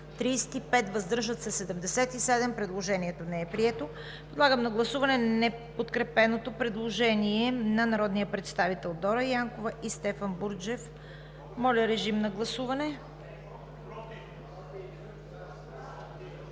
35, въздържали се 77. Предложението не е прието. Подлагам на гласуване неподкрепеното предложение на народния представител Дора Янкова и Стефан Бурджев. Гласували